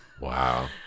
Wow